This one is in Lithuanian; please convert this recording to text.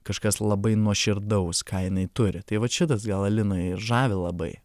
kažkas labai nuoširdaus ką jinai turi tai vat šitas gal aliną ir žavi labai